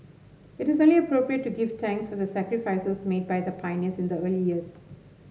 it is only appropriate to give thanks for the sacrifices made by the pioneers in the early years